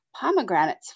pomegranates